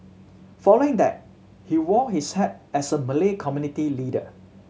following that he wore his hat as a Malay community leader